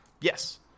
Yes